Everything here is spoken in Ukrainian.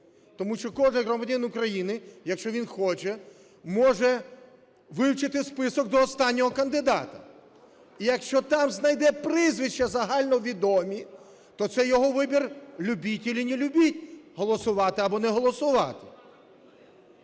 тому що кожен громадянин України, якщо він хоче, може вивчити список до останнього кандидата. І якщо там знайде прізвища загальновідомі, то це його вибір – любить или не любить, голосувати або не голосувати.